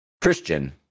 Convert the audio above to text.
Christian